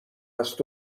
است